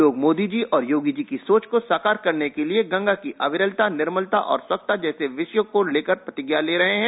लोग मोदीजी और गोगीजी के सोच को साकार करने के लिए गंगा की अविरलता निर्मलता और स्क्षता जैसे विषयो को लेकर प्रतिज्ञा ले रहे है